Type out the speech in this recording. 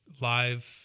live